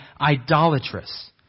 idolatrous